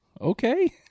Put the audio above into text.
okay